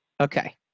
Okay